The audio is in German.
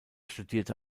studierte